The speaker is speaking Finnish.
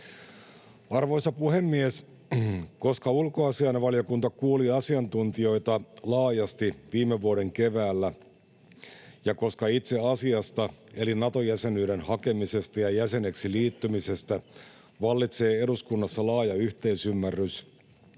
Arvoisa puhemies! Koska ulkoasiainvaliokunta kuuli asiantuntijoita laajasti viime vuoden keväällä ja koska itse asiasta eli Nato-jäsenyyden hakemisesta ja jäseneksi liittymisestä vallitsee eduskunnassa laaja yhteisymmärrys,